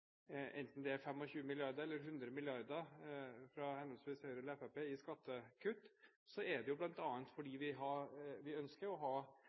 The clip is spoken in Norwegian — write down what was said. enten det er 25 mrd. kr eller 100 mrd. kr fra henholdsvis Høyre og Fremskrittspartiet i skattekutt, er det bl.a. fordi vi ønsker å ha